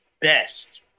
best